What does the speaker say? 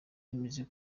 yemeje